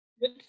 Good